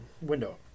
window